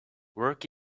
work